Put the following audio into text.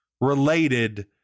related